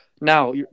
Now